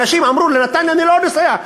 אנשים אמרו: לנתניה אני לא נוסע,